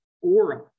aura